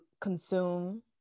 consume